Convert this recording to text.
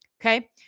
Okay